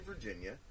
Virginia